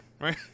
right